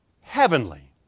Heavenly